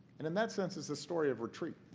and in that sense, it's a story of retreat.